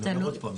אני אגיד עוד פעם,